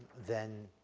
then,